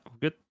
good